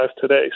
today